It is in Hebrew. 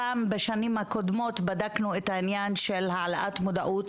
פעם בשנים הקודמות בדקנו את העניין של העלאת המודעות